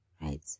Right